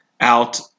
out